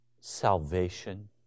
Salvation